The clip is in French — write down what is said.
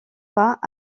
pas